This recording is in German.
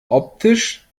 optisch